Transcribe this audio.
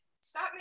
Stop